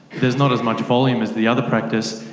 there's not as much volume as the other practice,